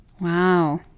Wow